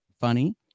funny